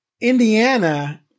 Indiana